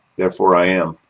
therefore i am.